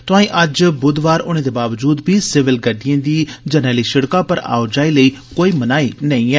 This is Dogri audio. तोंआई अज्ज बुधवार होने दे बावजूद बी सिविल गडिडयें दी जरनैली सड़कै पर आओ जाई लेई कोई मनाई नेई ऐ